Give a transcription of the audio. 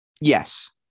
Yes